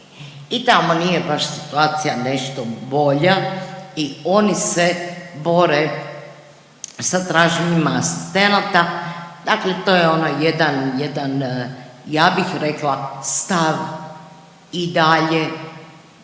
I tamo nije baš situacija nešto bolja i oni se bore sa traženjem asistenata, dakle to je ono jedan, ja bih rekla stav i dalje